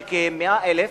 שכ-100,000,